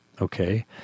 Okay